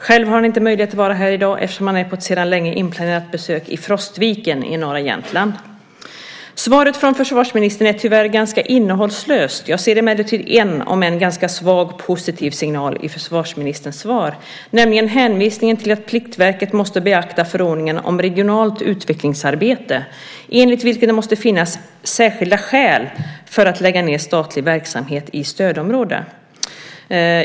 Själv har han inte möjlighet att vara här i dag, eftersom han är på ett sedan länge inplanerat besök i Frostviken i norra Jämtland. Svaret från försvarsministern är tyvärr ganska innehållslöst. Jag ser emellertid en, om än ganska svag, positiv signal i försvarsministerns svar, nämligen hänvisningen till att Pliktverket måste beakta förordningen om regionalt utvecklingsarbete, enligt vilken det måste finnas särskilda skäl för att lägga ned statlig verksamhet i ett stödområde.